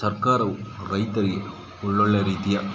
ಸರ್ಕಾರವು ರೈತರಿಗೆ ಒಳ್ಳೊಳ್ಳೆ ರೀತಿಯ